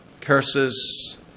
curses